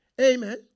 Amen